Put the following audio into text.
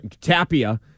Tapia